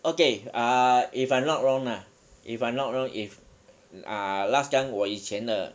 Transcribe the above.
okay err if I not wrong ah if I'm not wrong if uh uh last time 我以前的